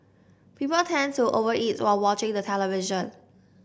people tend to over eat while watching the television